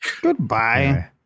Goodbye